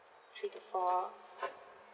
three to four